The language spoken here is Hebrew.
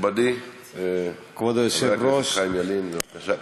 נכבדי חבר הכנסת חיים ילין, בבקשה.